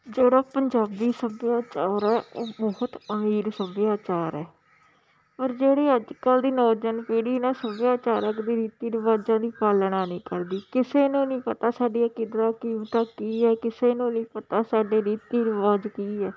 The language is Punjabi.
ਜਿਹੜਾ ਪੰਜਾਬੀ ਸੱਭਿਆਚਾਰ ਆ ਉਹ ਬਹੁਤ ਅਮੀਰ ਸੱਭਿਆਚਾਰ ਹੈ ਔਰ ਜਿਹੜੇ ਅੱਜ ਕੱਲ੍ਹ ਦੀ ਨੌਜਵਾਨ ਪੀੜੀ ਇਹਨਾਂ ਸੱਭਿਆਚਾਰਕ ਦੀ ਰੀਤੀ ਰਿਵਾਜਾਂ ਦੀ ਪਾਲਣਾ ਨਹੀਂ ਕਰਦੀ ਕਿਸੇ ਨੂੰ ਨਹੀਂ ਪਤਾ ਸਾਡੀਆਂ ਕਦਰਾਂ ਕੀਮਤਾਂ ਕੀ ਹੈ ਕਿਸੇ ਨੂੰ ਨਹੀਂ ਪਤਾ ਸਾਡੇ ਰੀਤੀ ਰਿਵਾਜ ਕੀ ਹੈ